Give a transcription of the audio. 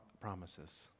promises